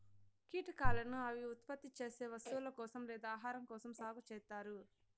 కీటకాలను అవి ఉత్పత్తి చేసే వస్తువుల కోసం లేదా ఆహారం కోసం సాగు చేత్తారు